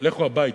לכו הביתה,